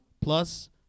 plus